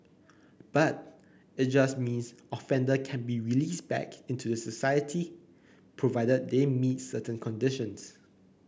but it just means offender can be released back into society provided they meet certain conditions